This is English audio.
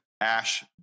ash